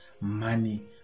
money